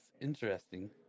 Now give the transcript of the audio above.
interesting